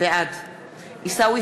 בעד עיסאווי